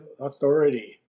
authority